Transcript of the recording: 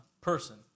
person